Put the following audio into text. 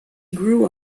grew